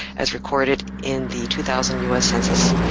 as recorded in the two thousand us census,